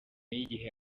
y’igihe